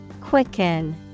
Quicken